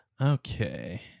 Okay